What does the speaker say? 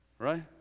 right